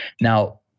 now